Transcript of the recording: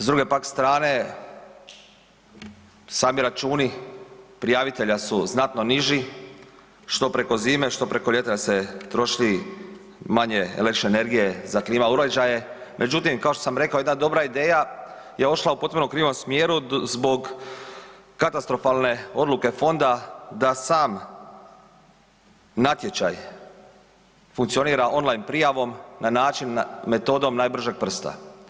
S druge pak strane, sami računi prijavitelja su znatno niži što preko zime što preko ljeta, da se troši manje električne energije za klima uređaje međutim kao što sam rekao, jedna dobra ideja je ošla u potpuno krivom smjeru zbog katastrofalne odluke fonda da sam natječaj funkcionira online prijavom na način metodom najbržeg prsta.